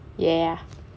ya